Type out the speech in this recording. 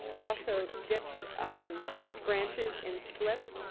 i also dipped branches in slip,